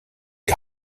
die